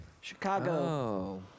Chicago